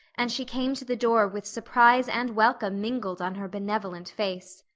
and she came to the door with surprise and welcome mingled on her benevolent face.